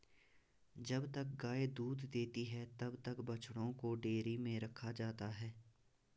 जब तक गाय दूध देती है तब तक बछड़ों को डेयरी में रखा जाता है